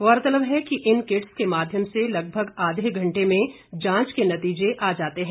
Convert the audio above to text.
गौरतलब है कि इन किट्स के माध्यम से लगभग आधे घंटे में जांच के नतीजे आ जाते हैं